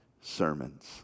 sermons